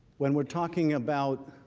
when we are talking about